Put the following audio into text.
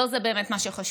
לא זה באמת מה שחשוב.